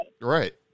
right